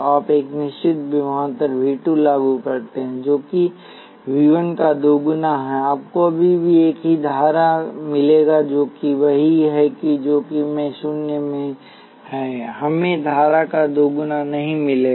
आप एक निश्चित विभवांतर V 2 लागू करते हैं जो कि V 1 का दोगुना है आपको अभी भी एक ही धारा मिलेगा जो कि वही है जो कि मैं शून्य है हमें धारा का दोगुना नहीं मिलेगा